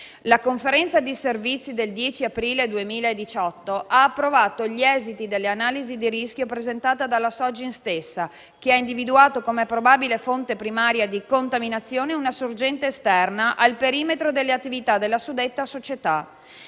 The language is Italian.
La conferenza di servizi del 10 aprile 2018 ha approvato gli esiti dell'analisi di rischio presentata dalla Sogin stessa, che ha individuato come probabile fonte primaria di contaminazione una sorgente esterna al perimetro delle attività della suddetta società.